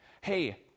hey